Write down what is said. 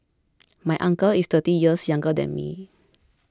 my uncle is thirty years younger than me